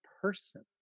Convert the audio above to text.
person